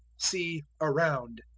see around.